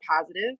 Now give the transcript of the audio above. positive